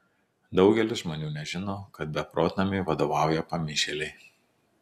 daugelis žmonių nežino kad beprotnamiui vadovauja pamišėliai